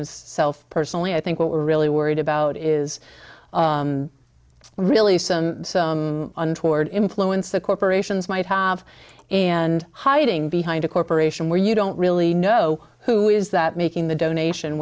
himself personally i think what we're really worried about is really some some untoward influence the corporations might have and hiding behind a corporation where you don't really know who is that making the donation